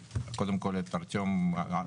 קודם כל את ארטיום דולגופיאט,